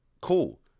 Cool